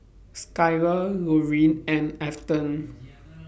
Skyler Lorine and Afton